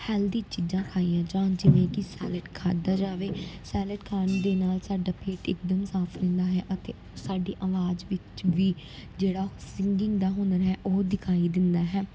healthy ਚੀਜ਼ਾਂ ਖਾਈਆਂ ਜਾਣ ਜਿਵੇਂ ਕਿ ਸੈਲਡ ਖਾਧਾ ਜਾਵੇ ਸੈਲਡ ਖਾਣ ਦੇ ਨਾਲ ਸਾਡਾ ਪੇਟ ਇੱਕਦਮ ਸਾਫ ਰਹਿੰਦਾ ਹੈ ਅਤੇ ਸਾਡੀ ਆਵਾਜ਼ ਵਿੱਚ ਵੀ ਜਿਹੜਾ ਸਿਗਿੰਗ ਦਾ ਹੁਨਰ ਹੈ ਉਹ ਦਿਖਾਈ ਦਿੰਦਾ ਹੈ